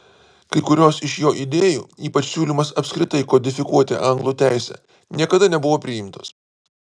kai kurios iš jo idėjų ypač siūlymas apskritai kodifikuoti anglų teisę niekada nebuvo priimtos